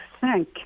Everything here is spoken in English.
thank